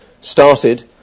started